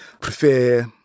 prefer